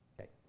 Okay